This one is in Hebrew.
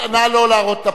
נא לא להראות את הפתק.